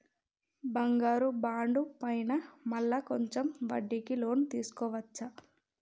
బంగారు బాండు పైన మళ్ళా కొంచెం వడ్డీకి లోన్ తీసుకోవచ్చా?